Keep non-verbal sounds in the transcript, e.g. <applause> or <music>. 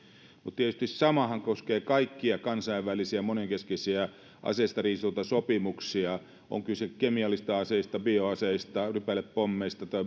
mutta tietysti samahan koskee kaikkia kansainvälisiä monenkeskisiä aseistariisuntasopimuksia on sitten kyse kemiallisista aseista bioaseista rypälepommeista tai <unintelligible>